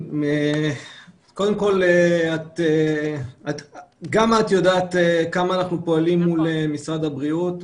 גם את יודעת כמה אנחנו פועלים מול משרד הבריאות.